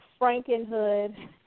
Frankenhood